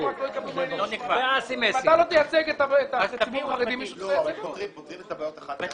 מטה משרד ראש הממשלה 35